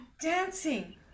dancing